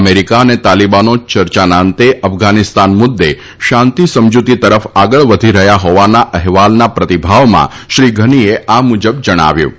America અને તાલીબાનો યર્ચામાં અંતે અફઘાનિસ્તાન મુદ્દે શાંતિ સમજૂતી તરફ આગળ વધી રહ્યા હોવાના અહેવાલના પ્રતિભાવમાં શ્રી ધનીએ આ મુજબ જણાવ્યું હતું